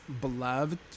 beloved